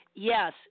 yes